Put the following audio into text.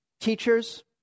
teachers